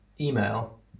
email